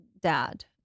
dad